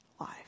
life